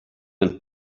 and